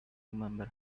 remember